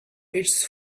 its